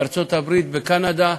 בארצות-הברית, בקנדה,